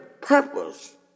purpose